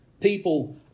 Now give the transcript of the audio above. people